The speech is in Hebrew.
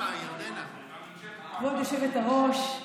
כבוד היושבת-ראש,